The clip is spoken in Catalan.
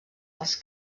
els